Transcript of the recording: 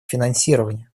финансирования